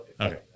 Okay